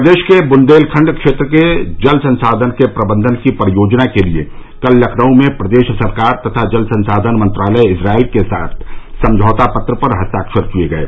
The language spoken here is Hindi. प्रदेश के बृन्देलखंड क्षेत्र के जल संसाधन के प्रबंधन की परियोजना के लिये कल लखनऊ में प्रदेश सरकार तथा जल संसाधन मंत्रालय इजरायल के बीच समझौता पत्र पर हस्ताक्षर किये गये